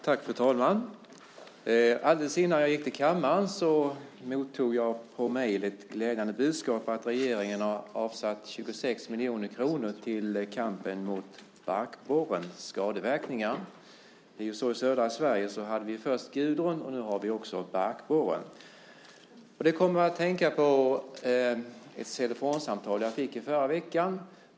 Fru talman! Alldeles innan jag gick till kammaren mottog jag på mejl ett glädjande budskap, nämligen att regeringen har avsatt 26 miljoner kronor till kampen mot barkborrens skadeverkningar. I södra Sverige hade vi först Gudrun. Nu har vi också barkborren. Det fick mig att tänka på ett telefonsamtal som jag fick förra veckan.